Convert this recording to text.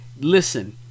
listen